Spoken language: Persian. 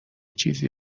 چیزی